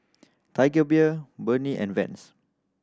Tiger Beer Burnie and Vans